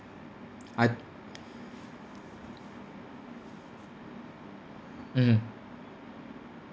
I mmhmm